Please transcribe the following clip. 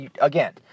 again